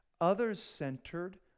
others-centered